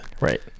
right